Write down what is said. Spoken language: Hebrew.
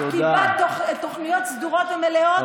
קיבלת תוכניות סדורות ומלאות,